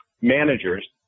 managers